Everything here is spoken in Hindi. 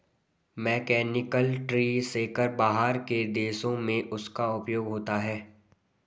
मैकेनिकल ट्री शेकर बाहर के देशों में उसका उपयोग होता है